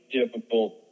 difficult